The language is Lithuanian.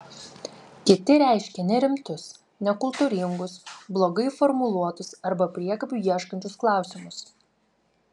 kiti reiškė nerimtus nekultūringus blogai formuluotus arba priekabių ieškančius klausimus